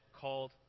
called